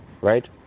right